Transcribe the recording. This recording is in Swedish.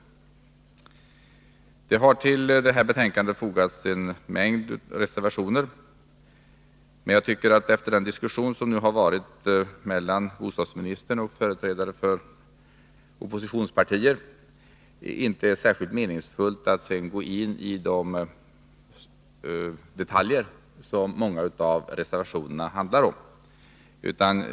Till det här betänkandet från civilutskottet har fogats en mängd reservationer, men efter den diskussion som nu har förts mellan bostadsministern och företrädare för oppositionspartier är det inte särskilt meningsfullt att gå in i de detaljer som många av reservationerna handlar om.